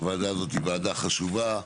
הוועדה הזאת היא ועדה חשובה,